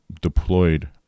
deployed